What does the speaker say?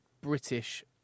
British